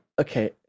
okay